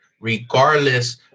regardless